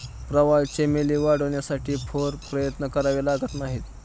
प्रवाळ चमेली वाढवण्यासाठी फार प्रयत्न करावे लागत नाहीत